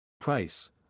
Price